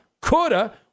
coulda